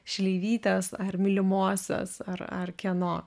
šleivytės ar mylimosios ar ar kieno